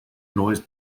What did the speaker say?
noise